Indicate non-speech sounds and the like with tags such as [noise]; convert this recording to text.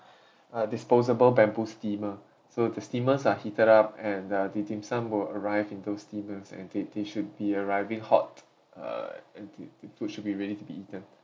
[breath] a disposable bamboo steamer so the steamers are heated up and uh the dim sum will arrive in those steamers and they they should be arriving hot uh the the food should be ready to be eaten